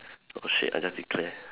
oh shit I just declare